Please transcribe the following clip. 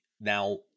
now